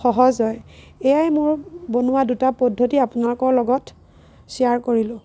সহজ হয় এয়াই মোৰ বনোৱা দুটা পদ্ধতি আপোনালোকৰ লগত শ্বেয়াৰ কৰিলোঁ